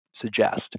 suggest